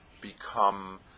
become